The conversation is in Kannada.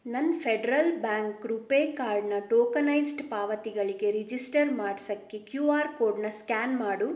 ನನ್ನ ಫೆಡರಲ್ ಬ್ಯಾಂಕ್ ರೂಪೇ ಕಾರ್ಡ್ನ ಟೋಕನೈಸ್ಡ್ ಪಾವತಿಗಳಿಗೆ ರಿಜಿಸ್ಟರ್ ಮಾಡ್ಸಕ್ಕೆ ಕ್ಯೂ ಆರ್ ಕೋಡ್ನ ಸ್ಕ್ಯಾನ್ ಮಾಡು